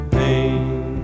pain